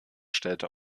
stellte